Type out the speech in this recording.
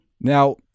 Now